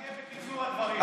תודה תהיה בקיצור הדברים.